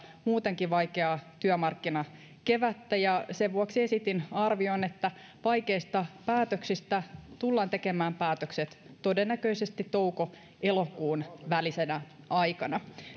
muutenkin vaikeaa työmarkkinakevättä ja sen vuoksi esitin arvion että vaikeista päätöksistä tullaan tekemään päätökset todennäköisesti touko elokuun välisenä aikana